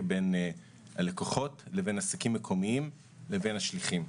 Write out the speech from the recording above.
בין הלקוחות לבין עסקים מקומיים לבין השליחים.